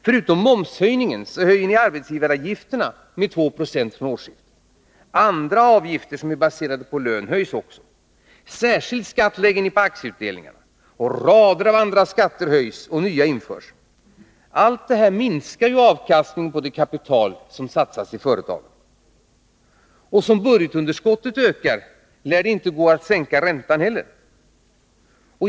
Förutom momshöjningen höjer socialdemokraterna arbetsgivaravgifterna från årsskiftet med 2 26. Andra lönebaserade avgifter höjs också. En särskild skatt lägger ni på aktieutdelningarna. Rader av andra skatter höjs och nya införs. Allt detta minskar ju avkastningen på det kapital som satsas i företagen. Som budgetunderskottet ökar lär det inte heller gå att sänka räntan.